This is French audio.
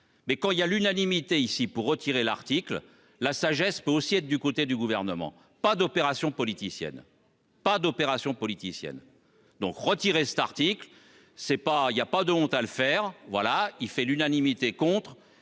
mais quand il y a l'unanimité ici pour retirer l'article la sagesse peut aussi être du côté du gouvernement, pas d'opération politicienne. Pas d'opération politicienne donc retirer cet article c'est pas il y a pas de honte à le faire. Voilà il fait l'unanimité contre